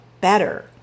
better